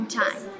time